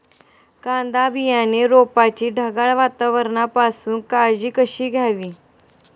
कांदा बियाणे रोपाची ढगाळ वातावरणापासून काळजी कशी घ्यावी?